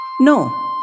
No